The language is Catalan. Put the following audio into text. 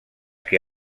que